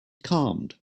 calmed